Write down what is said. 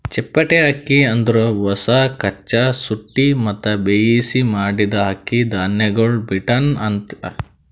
ಚಪ್ಪಟೆ ಅಕ್ಕಿ ಅಂದುರ್ ಹೊಸ, ಕಚ್ಚಾ, ಸುಟ್ಟಿ ಮತ್ತ ಬೇಯಿಸಿ ಮಾಡಿದ್ದ ಅಕ್ಕಿ ಧಾನ್ಯಗೊಳಿಗ್ ಬೀಟನ್ ಅಕ್ಕಿ ಅಂತಾರ್